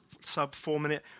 sub-four-minute